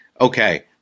Okay